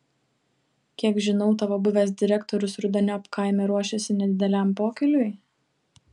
kiek žinau tavo buvęs direktorius rudeniop kaime ruošiasi nedideliam pokyliui